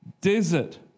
desert